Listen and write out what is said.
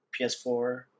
PS4